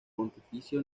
pontificia